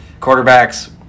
Quarterbacks